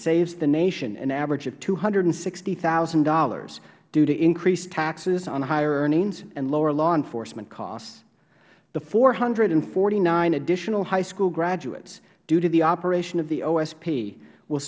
saves the nation an average of two hundred and sixty thousand dollars due to increased taxes on higher earnings and lower law enforcement costs the four hundred and forty nine additional high school graduates due to the operation of the o